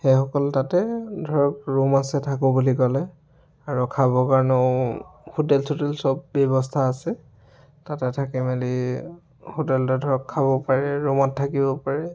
সেইসকল তাতে ধৰক ৰুম আছে থাকোঁ বুলি ক'লে আৰু খাব কাৰণেই হোটেল চোটেল সব ব্যৱস্থা আছে তাতে থাকি মেলি হোটেলতে ধৰক খাব পাৰে ৰুমত থাকিব পাৰে